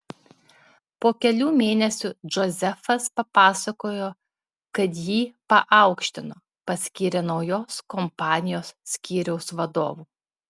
po kelių mėnesių džozefas papasakojo kad jį paaukštino paskyrė naujos kompanijos skyriaus vadovu